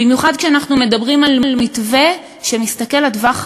במיוחד כשאנחנו מדברים על מתווה שמסתכל על הטווח הארוך,